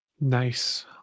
Nice